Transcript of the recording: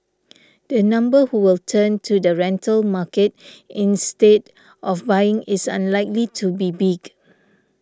the number who will turn to the rental market instead of buying is unlikely to be big